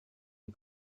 est